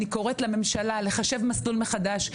אני קוראת לממשלה לחשב מסלול מחדש.